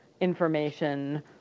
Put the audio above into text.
information